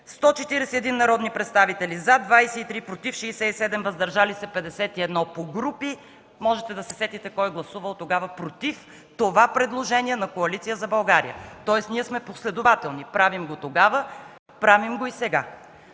141 народни представители – „за” 23, „против” 67, „въздържали се” 51. Можете да се сетите кой тогава е гласувал против това предложение на Коалиция за България. Тоест ние сме последователни, правим го тогава, правим го и сега.